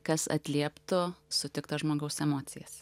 kas atlieptų sutikto žmogaus emocijas